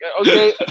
Okay